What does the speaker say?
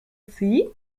sea